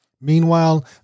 Meanwhile